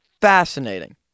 fascinating